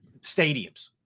stadiums